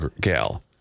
gal